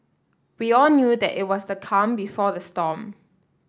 we all knew that it was the calm before the storm